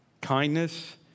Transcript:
kindness